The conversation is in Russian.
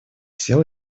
сел